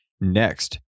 Next